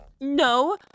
no